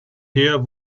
her